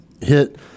hit